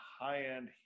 high-end